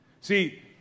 See